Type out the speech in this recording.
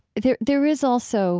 there there is also